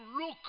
look